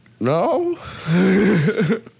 No